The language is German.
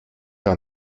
gar